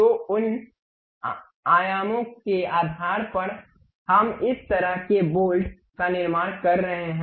तो उन आयामों के आधार पर हम इस तरह के बोल्ट का निर्माण कर रहे हैं